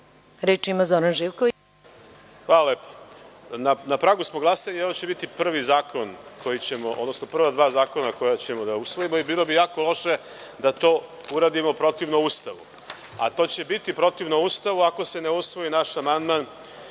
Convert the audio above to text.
**Zoran Živković** Hvala lepo. Na pragu smo glasanja i ovo će biti prvi zakon, odnosno prva dva zakona koja ćemo da usvojimo i bilo bi jako loše da to uradimo protivno Ustavu, a to će biti protivno Ustavu ako se ne usvoji naš amandman